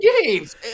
games